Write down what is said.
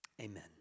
Amen